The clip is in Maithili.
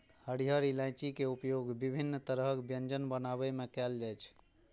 हरियर इलायची के उपयोग विभिन्न तरहक व्यंजन बनाबै मे कैल जाइ छै